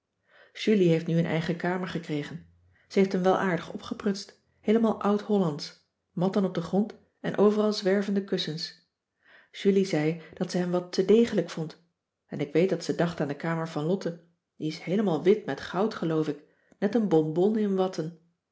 julie heeft nu een eigen kamer gekregen ze heeft hem wel aardig opgeprutst heelemaal oud hollandsch matten op den grond en overal zwervende kussens julie zei dat ze hem wat te degelijk vond en ik weet dat ze dacht aan de kamer van lotte die is heelemaal wit met goud geloof ik net een bonbon in watten